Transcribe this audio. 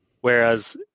whereas